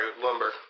lumber